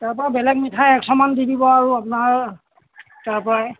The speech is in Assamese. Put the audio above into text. তাপা বেলেগ মিঠাই এশমান দি দিব আৰু আপোনাৰ তাৰ পৰাই